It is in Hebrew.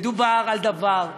מדובר על דבר,